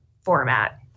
format